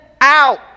out